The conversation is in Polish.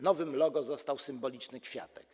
Nowym logo został symboliczny kwiatek.